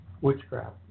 witchcraft